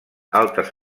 altres